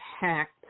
hacked